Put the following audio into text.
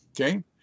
Okay